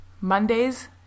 Monday's